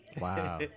wow